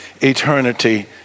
eternity